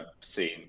seen